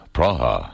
Praha